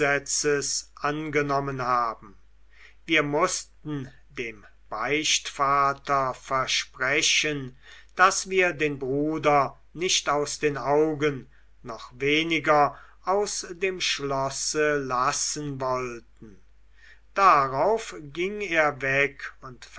angenommen haben wir mußten dem beichtvater versprechen daß wir den bruder nicht aus den augen noch weniger aus dem schlosse lassen wollten darauf ging er weg und